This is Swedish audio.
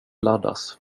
laddas